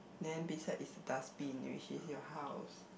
then beside is dustbin which is your house